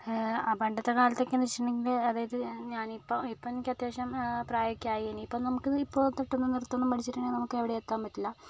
പണ്ടത്തെ കാലത്തൊക്കെയെന്ന് വെച്ചിട്ടുണ്ടെങ്കിൽ അതായത് ഞാനിപ്പോൾ ഇപ്പോൾ എനിക്ക് അത്യാവശ്യം പ്രായമൊക്കെയായി ഇനിയിപ്പോൾ ഇപ്പോൾ തൊട്ടൊന്നും നൃത്തം ഒന്നും പഠിച്ചിട്ടുണ്ടെങ്കിൽ എവിടെയും എത്താൻ പറ്റില്ല